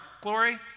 glory